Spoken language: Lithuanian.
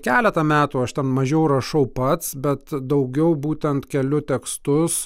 keletą metų aš ten mažiau rašau pats bet daugiau būtent keliu tekstus